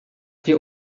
wir